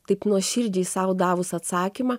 taip nuoširdžiai sau davus atsakymą